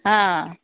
ಹಾಂ